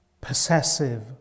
possessive